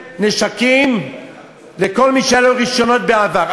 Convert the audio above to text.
דיברו, לתת נשק לכל מי שהיו לו רישיונות בעבר.